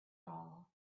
all